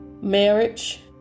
marriage